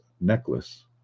necklace